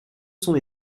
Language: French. son